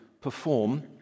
perform